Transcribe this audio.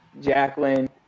Jacqueline